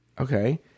Okay